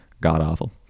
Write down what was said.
god-awful